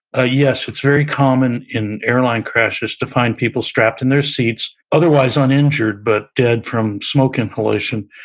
ah yes, it's very common in airline crashes to find people strapped in their seats, otherwise uninjured, but dead from smoke inhalation,